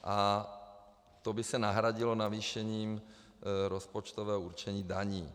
A to by se nahradilo navýšením rozpočtového určení daní.